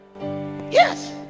Yes